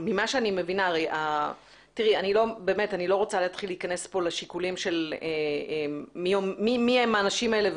אני לא רוצה להתחיל להיכנס כאן לשיקולים של מי הם האנשים האלה.